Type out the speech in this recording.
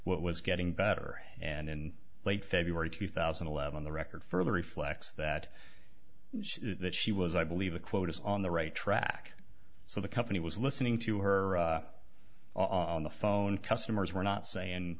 what was getting better and in late february two thousand and eleven the record for the reflects that that she was i believe the quote is on the right track so the company was listening to her on the phone customers were not saying